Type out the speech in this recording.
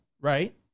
right